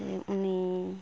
ᱥᱮ ᱩᱱᱤ